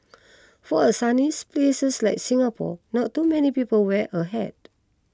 for a sunny places like Singapore not many people wear a hat